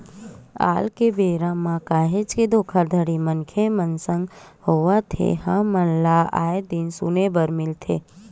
आल के बेरा म काहेच के धोखाघड़ी मनखे मन संग होवत हे हमन ल आय दिन सुने बर मिलथे